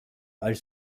als